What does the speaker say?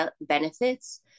benefits